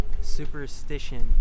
superstition